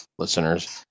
Listeners